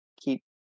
keep